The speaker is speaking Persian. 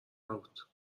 نبود